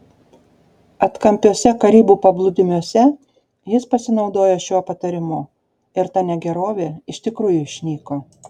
atkampiuose karibų paplūdimiuose jis pasinaudojo šiuo patarimu ir ta negerovė iš tikrųjų išnyko